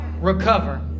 recover